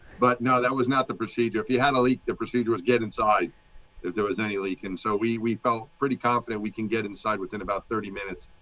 but no, that was not the procedure. if you had a leak. the procedure was get inside if there was any leak. and so we we felt pretty confident we can get inside within about thirty minutes.